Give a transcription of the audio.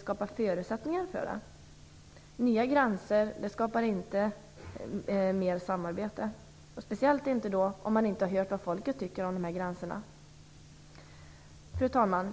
skapa förutsättningar för kreativitet och samarbete. Nya gränser skapar inte mer samarbete, speciellt inte om man inte har hört vad folket tycker om dessa gränser. Fru talman!